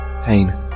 Pain